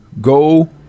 go